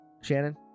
Shannon